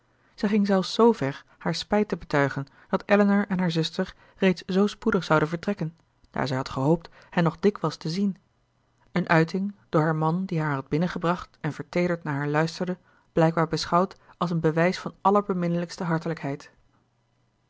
zij ging zelfs zoo ver haar spijt te betuigen dat elinor en haar zuster reeds zoo spoedig zouden vertrekken daar zij had gehoopt hen nog dikwijls te zien eene uiting door haar man die haar had binnengebracht en verteerderd naar haar luisterde blijkbaar beschouwd als een bewijs van allerbeminnelijkste hartelijkheid